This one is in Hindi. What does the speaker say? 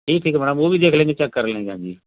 ठीक ठीक मैडम वह भी देख लेंगे चेक करे लेंगे हम ही